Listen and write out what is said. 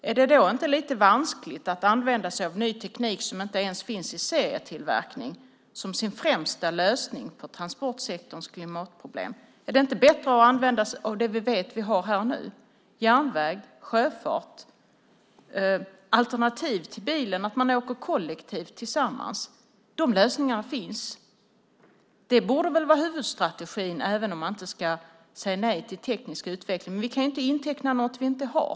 Är det då inte lite vanskligt att använda sig av ny teknik som inte ens finns i serietillverkning som sin främsta lösning på transportsektorns klimatproblem? Är det inte bättre att använda sig av det vi vet att vi har här och nu? Vi har järnväg, sjöfart och alternativ till bilen, nämligen att åka kollektivt, tillsammans. De lösningarna finns. Det borde väl vara huvudstrategin, även om man inte ska säga nej till teknisk utveckling. Men vi kan inte inteckna något vi inte har.